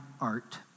art